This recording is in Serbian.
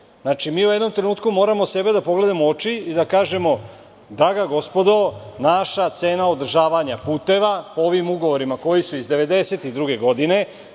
ovde. Znači, mi u jednom trenutku moramo sebe da pogledamo u oči i da kažemo – draga gospodo, naša cena održavanja puteva po ovim ugovorima koji su iz 1992. godine,